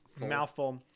mouthful